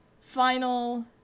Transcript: final